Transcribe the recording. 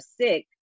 sick